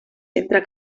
entre